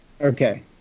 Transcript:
Okay